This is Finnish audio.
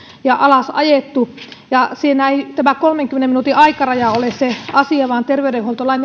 ja alas ajettu ja siinä ei tämä kolmenkymmenen minuutin aikaraja ole se asia vaan terveydenhuoltolain